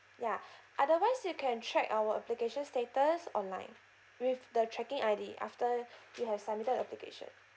ya otherwise you can check our application status online with the checking I_D after you've submitted application